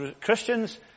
Christians